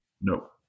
No